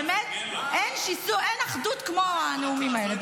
באמת אין אחדות כמו הנאומים האלה.